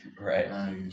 right